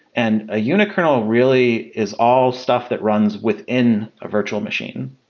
and a unikernel really is all stuff that runs with in a virtual machine.